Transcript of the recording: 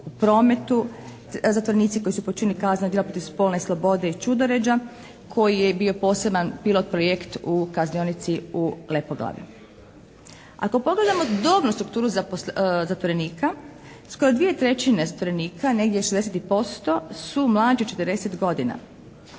u prometu, zatvorenici koji su počinili kazneno djelo protiv spolne slobode i čudoređa koji je bio poseban pilot projekt u kaznionici u Lepoglavi. Ako pogledamo dobnu strukturu zatvorenika skoro 2/3 zatvorenika, negdje 60% su mlađi od 40 godina,